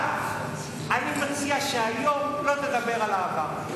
אבל אני מציע שהיום לא תדבר על העבר,